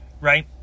right